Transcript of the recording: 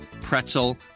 pretzel